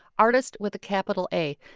artist with a capital a.